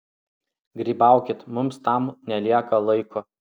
grybaukit mums tam nelieka laiko